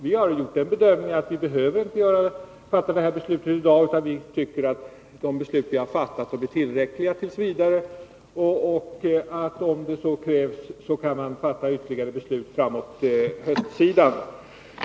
Vi har gjort bedömningen att man inte behöver fatta ett beslut i dag, utan att de beslut vi har fattat är tillräckliga t. v. Om så krävs kan man fatta ytterligare beslut framåt höstsidan.